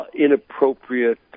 inappropriate